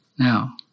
Now